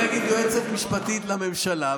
באתי להגיד "יועצת משפטית לממשלה",